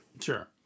Sure